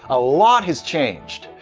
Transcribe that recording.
a lot has changed.